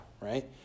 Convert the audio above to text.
right